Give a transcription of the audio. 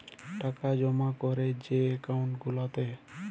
টাকা জমা ক্যরে যে একাউল্ট গুলাতে